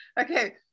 Okay